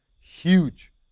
huge